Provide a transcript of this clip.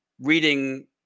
reading